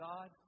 God